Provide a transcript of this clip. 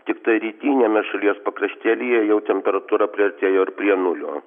tiktai rytiniame šalies pakraštėlyje jau temperatūra priartėjo ir prie nulio